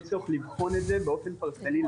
יש צורך לבדוק את זה באופן פרטני,